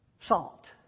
salt